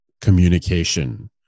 communication